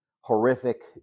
horrific